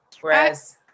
whereas-